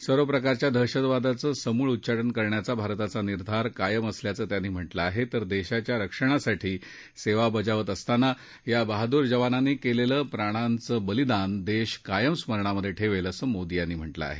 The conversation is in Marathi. सर्व प्रकारच्या दहशतवादाचं समूळ उच्चाटन करण्याचा भारताचा निर्धार कायम असल्याचं त्यांनी म्हटलं आहे तर देशाच्या रक्षणासाठी सेवा बजावत असताना या बहादुर जवानांनी केलेलं प्राणांचं बलिदान देश कायम स्मरणात ठेवेल असं मोदी यांनी म्हटलं आहे